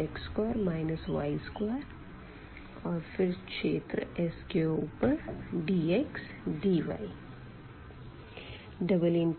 x2 y2 और फिर क्षेत्र S के ऊपर dx dy